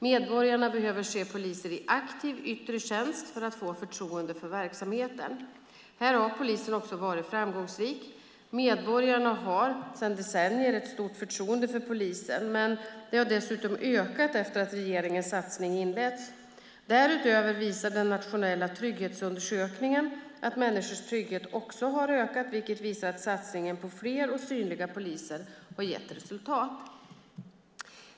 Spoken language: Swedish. Medborgarna behöver se poliser i aktiv, yttre tjänst för att få förtroende för verksamheten. Här har polisen också varit framgångsrik. Medborgarna har sedan decennier ett stort förtroende för polisen. Det har dessutom ökat efter att regeringens satsning inletts. Därutöver visar den nationella trygghetsundersökningen att människors trygghet också har ökat, vilket visar att satsningen på fler och synliga poliser har gett resultat.